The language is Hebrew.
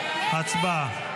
הצבעה.